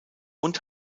und